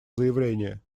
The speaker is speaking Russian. заявление